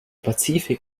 pazifik